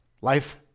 life